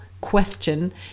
question